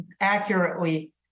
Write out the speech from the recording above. accurately